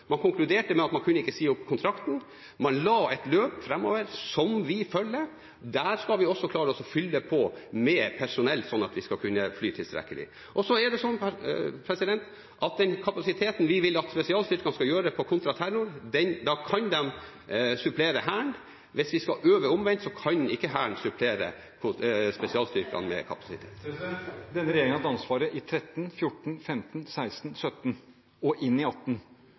Man konkluderte med at man ikke kunne si opp kontrakten. Man la et løp framover som vi følger. Der skal vi også klare å fylle på med personell sånn at vi skal kunne fly tilstrekkelig. Og så er det slik at med den kapasiteten som vi vil at spesialstyrkene skal ha på kontraterror, så kan de supplere Hæren. Hvis vi skal øve omvendt, så kan ikke Hæren supplere spesialstyrkene med kapasitet. Det blir oppfølgingsspørsmål – først Jonas Gahr Støre. Denne regjeringen har hatt ansvaret i 2013, 2014, 2015, 2016, 2017 og inn i